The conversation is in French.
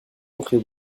rentrez